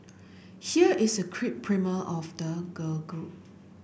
here is a quick primer of the girl group